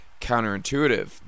counterintuitive